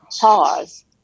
pause